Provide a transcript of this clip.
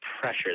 pressure